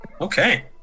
Okay